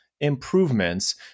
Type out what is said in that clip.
improvements